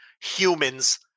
humans